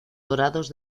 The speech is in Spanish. dorados